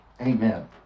Amen